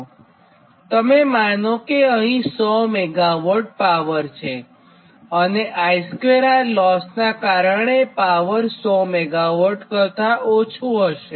અને તમે માનો કે અહીં 100 મેગાવોટ પાવર છેઅને I2R લોસ નાં કારણે પાવર 100 મેગાવોટ કરતાં ઓછું હશે